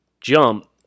jump